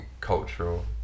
cultural